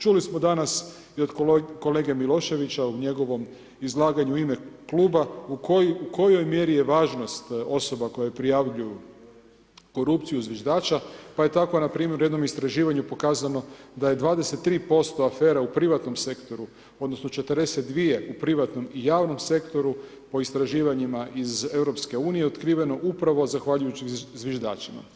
Čuli smo danas i od kolege Miloševića o njegovom izlaganju u ime Kluba u kojoj mjeri je važnost osoba koje prijavljuju korupciju zviždača, pa je tako na primjeru jednog istraživanju pokazano da je 23% afere u privatnom sektoru, odnosno, 42 u privatnom i javnom sektoru, po istraživanjima iz EU otkriveno upravo zahvaljujući zviždačima.